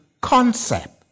concept